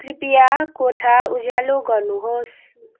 कृपया कोठा उज्यालो गर्नुहोस्